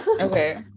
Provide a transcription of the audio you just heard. Okay